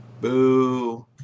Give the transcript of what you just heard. Boo